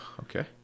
Okay